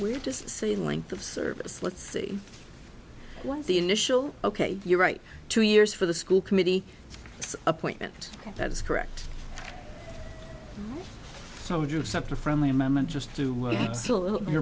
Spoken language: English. we're just saying length of service let's see what the initial ok you're right two years for the school committee appointment that is correct so would you accept a friendly amendment just to work your